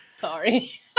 sorry